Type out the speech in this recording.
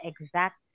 exact